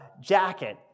jacket